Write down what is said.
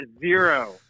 zero